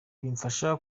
bimfasha